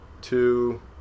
Two